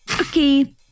Okay